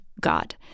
God